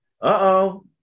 uh-oh